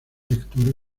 lectura